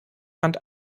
fand